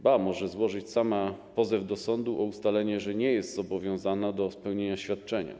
Ba, może sama złożyć pozew do sądu o ustalenie, że nie jest zobowiązana do spełnienia świadczenia.